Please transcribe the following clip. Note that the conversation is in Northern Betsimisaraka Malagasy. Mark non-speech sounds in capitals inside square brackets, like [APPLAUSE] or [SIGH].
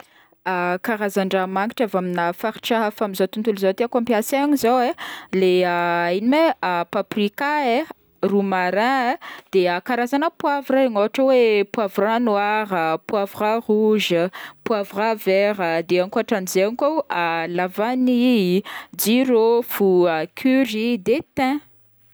[HESITATION] Karazandraha magnitry avy amina faritra hafa amy zao tontolo zao tiàko ampiaasana zao e, leha [HESITATION] ino ma e, paprika e, romarin, de karazagna poivre regny, poire noir, poivre rouge, poivre vert, de ankpotranzay koa lavanille, jurôfo, curry, de thym.